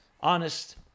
honest